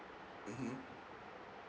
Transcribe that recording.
mmhmm